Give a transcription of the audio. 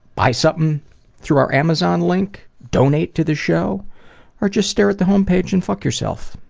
buy something through our amazon link, donate to the show or just stare at the homepage and fuck yourself.